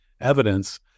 evidence